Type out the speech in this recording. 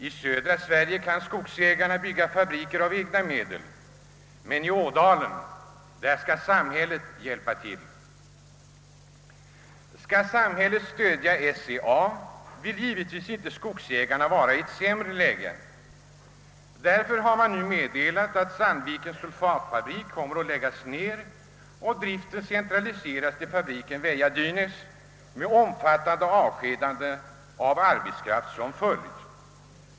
I södra Sverige kan skogsägarna bygga fabriker av egna medel, men i Ådalen skall samhället hjälpa till. Och om samhället stöder SCA vill givetvis inte skogsägarna vara i ett sämre läge. Därför har de redan nu meddelat att Sandvikens sulfatfabrik kommer att läggas ned och driften centraliseras till fabriken Väja-Dynäs, med omfattande avskedanden av arbetskraft som följd.